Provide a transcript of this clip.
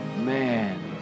Man